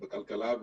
בכלכלה,